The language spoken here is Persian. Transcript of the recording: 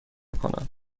کنم